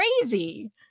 crazy